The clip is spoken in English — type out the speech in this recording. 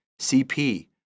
CP